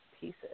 pieces